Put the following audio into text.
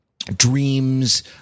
dreams